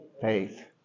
faith